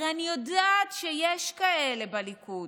הרי אני יודעת שיש כאלה בליכוד,